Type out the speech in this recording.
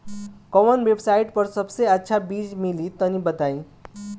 कवन वेबसाइट पर सबसे अच्छा बीज मिली तनि बताई?